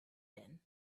din